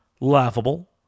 Laughable